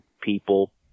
people